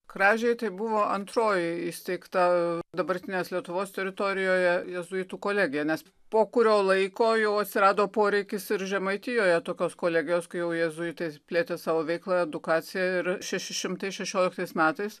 kražiai tai buvo antroji įsteigta dabartinės lietuvos teritorijoje jėzuitų kolegija nes po kurio laiko jau atsirado poreikis ir žemaitijoje tokios kolegijos kai jau jėzuitai plėtė savo veiklą edukacija ir šeši šimtai šešioliktais metais